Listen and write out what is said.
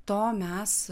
to mes